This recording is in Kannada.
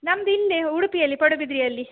ನಮ್ಮದಿಲ್ಲೇ ಉಡುಪಿಯಲ್ಲಿ ಪಡುಬಿದ್ರಿಯಲ್ಲಿ